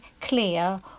clear